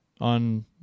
on